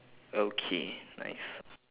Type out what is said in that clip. okay nice